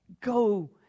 go